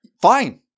Fine